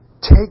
take